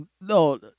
no